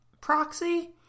proxy